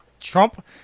trump